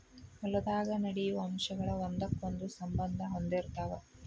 ಹೊಲದಾಗ ನಡೆಯು ಅಂಶಗಳ ಒಂದಕ್ಕೊಂದ ಸಂಬಂದಾ ಹೊಂದಿರತಾವ